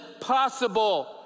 possible